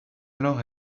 alors